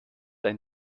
ein